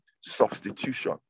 substitution